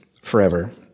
forever